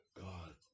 God